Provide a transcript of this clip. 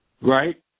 Right